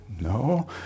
No